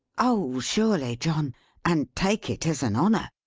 oh surely john and take it as an honour.